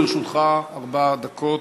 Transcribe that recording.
לרשותך ארבע דקות,